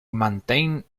maintained